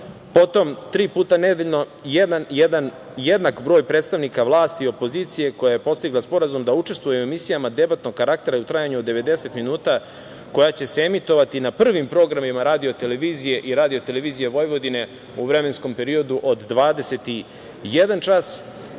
Potom, tri puta nedeljno jednak broj predstavnika vlasti i opozicije koja je postigla sporazum da učestvuje u emisijama debatnog karaktera u trajanju od 90 minuta koja će se emitovati na prvim programima RTS i RTV u vremenskom periodu od 21,00 čas,